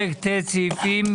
פרק ט', סעיפים